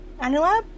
Anilab